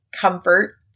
comfort